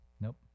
nope